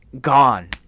gone